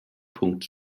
punkt